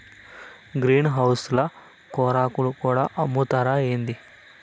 green house ల కూరాకులు కూడా అమ్ముతారా ఏంది